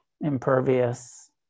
impervious